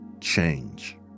change